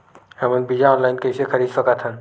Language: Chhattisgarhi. हमन बीजा ऑनलाइन कइसे खरीद सकथन?